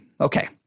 Okay